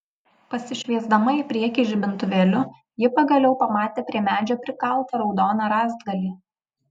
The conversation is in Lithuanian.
pasišviesdama į priekį žibintuvėliu ji pagaliau pamatė prie medžio prikaltą raudoną rąstgalį